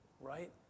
Right